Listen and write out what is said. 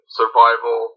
survival